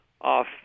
off